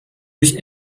durch